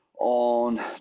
on